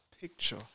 Picture